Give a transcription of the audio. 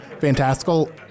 fantastical